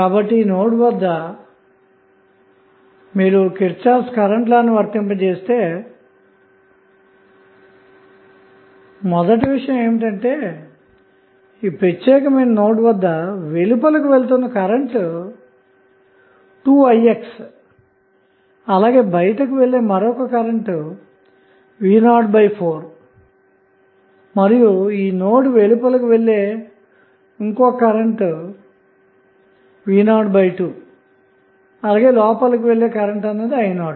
కాబట్టి ఈ నోడ్ వద్ద మీరు కిర్ఛాఫ్ కరెంట్ లాను వర్తింపజేస్తే మొదటి విషయం ఏమిటంటే ఈ ప్రత్యేకమైన నోడ్ వద్ద వెలుపలకు వెళుతున్న కరెంట్ 2i x అలాగే బయటికివెళ్లే మరొక కరెంట్ v 04 మరియు ఈ నోడ్ వెలుపలకు వెళ్ళే మరొక కరెంట్ v 02అలాగే లోపలికి వెళ్లే కరెంట్i 0